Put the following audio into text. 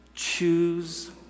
choose